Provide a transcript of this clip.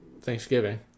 Thanksgiving